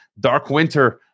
Darkwinter